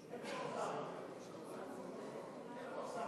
איפה אוסאמה?